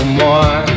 more